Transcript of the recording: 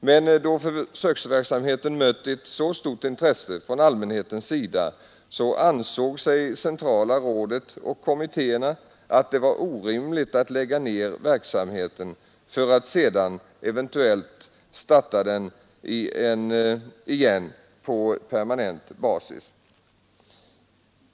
Men då försöksverksamheten mött ett så stort intresse från allmänhetens sida ansåg centrala rådet och kommittéerna att det var orimligt att lägga ned verksamheten för att sedan eventuellt starta den igen på permanent basis.